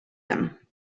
him